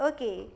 Okay